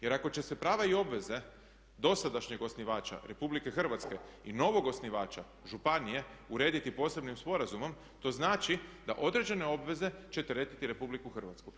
Jer ako će se prava i obveze dosadašnjeg osnivača RH i novog osnivača županije urediti posebnim sporazumom to znači da određene obveze će teretiti RH.